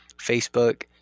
Facebook